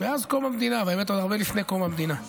מאז קום המדינה, אבל האמת, לפני קום המדינה.